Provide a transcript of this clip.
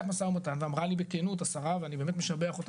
המשא ומתן ואמרה לי בכנות השרה ואני באמת משבח אותה